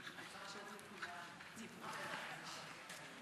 לפתוח את ישיבת הכנסת.